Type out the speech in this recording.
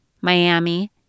Miami